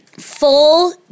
full